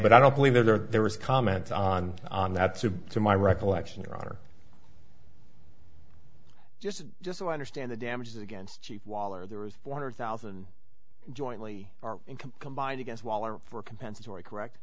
but i don't believe there there was comment on on that to to my recollection your honor just just so i understand the damages against cheap wall or there was four hundred thousand jointly our income combined against waller for compensatory correct